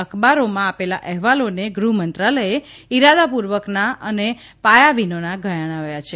અખબારોમાં આપેલા અહેવાલોને ગ્રહમંત્રાલયે ઇરાદાપૂર્વકના અને પાયા વિનાના ગણાવ્યા છે